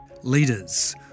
Leaders